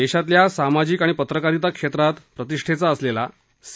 देशातल्या सामाजिक आणि पत्रकारीता क्षेत्रात प्रतिष्ठेचा असलेला सी